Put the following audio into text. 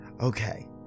Okay